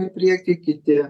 į priekį kiti